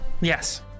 Yes